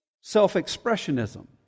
self-expressionism